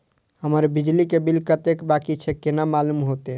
हमर बिजली के बिल कतेक बाकी छे केना मालूम होते?